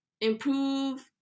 improve